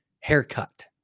haircut